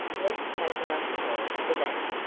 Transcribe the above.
let's take enough time for that.